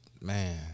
man